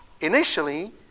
Initially